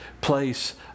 place